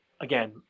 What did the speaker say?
again